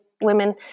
women